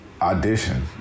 Audition